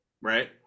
right